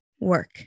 work